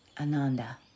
Ananda